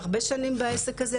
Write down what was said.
הרבה שנים בעסק הזה,